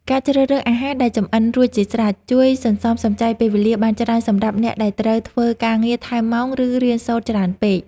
ការជ្រើសរើសអាហារដែលចម្អិនរួចជាស្រេចជួយសន្សំសំចៃពេលវេលាបានច្រើនសម្រាប់អ្នកដែលត្រូវធ្វើការងារថែមម៉ោងឬរៀនសូត្រច្រើនពេក។